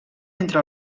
entre